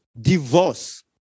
divorce